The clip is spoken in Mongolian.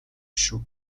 шүү